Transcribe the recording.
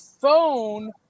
phone